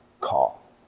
call